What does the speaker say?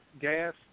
gas